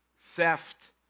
theft